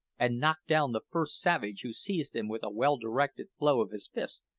and knocked down the first savage who seized him with a well-directed blow of his fist,